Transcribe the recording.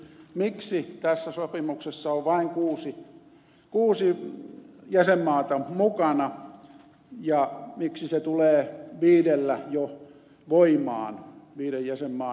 miksi tässä sopimuksessa on vain kuusi jäsenmaata mukana ja miksi se tulee voimaan jo viiden jäsenmaan mukaantulolla